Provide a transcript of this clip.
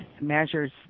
measures